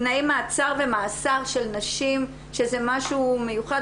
תנאי מעצר ומאסר של נשים שזה משהו מיוחד,